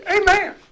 Amen